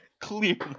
clearly